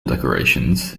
decorations